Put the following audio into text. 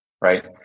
right